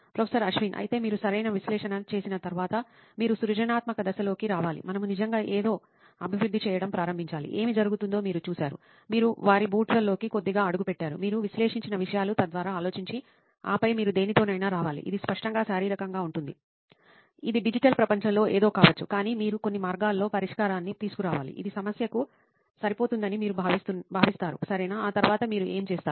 professor Ashwin అయితే మీరు సరైన విశ్లేషణ చేసిన తర్వాత మీరు సృజనాత్మక దశలోకి రావాలి మనము నిజంగా ఏదో అభివృద్ధి చేయటం ప్రారంభించాలి ఏమి జరుగుతుందో మీరు చూశారు మీరు వారి బూట్లలోకి కొద్దిగా అడుగు పెట్టారు మీరు విశ్లేషించిన విషయాల ద్వారా ఆలోచించి ఆపై మీరు దేనితోనైనా రావాలి ఇది స్పష్టంగా శారీరకంగా ఉంటుంది ఇది డిజిటల్ ప్రపంచంలో ఏదో కావచ్చు కానీ మీరు కొన్ని మార్గాల్లో పరిష్కారాన్ని తీసుకురావాలి ఇది సమస్యకు సరిపోతుందని మీరు భావిస్తారు సరెనా ఆ తర్వాత మీరు ఏమి చేస్తారు